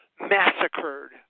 massacred